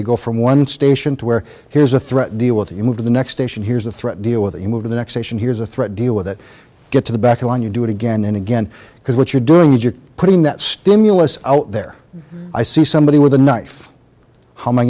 they go from one station to where here's a threat deal with it you move to the next station here's the threat deal with it you move to the next station here's a threat deal with it get to the back line you do it again and again because what you're doing is you're putting that stimulus out there i see somebody with a knife h